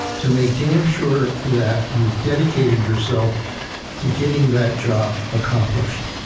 to make damn sure that you've dedicated yourself to getting that job accomplished.